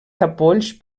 capolls